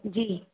जी